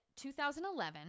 2011